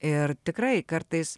ir tikrai kartais